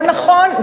לא נכון,